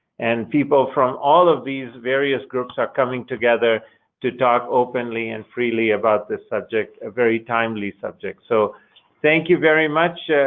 and people from all of these various groups are coming together to talk openly and freely about this subject, a very timely subject. so thank you very much,